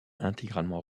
intégralement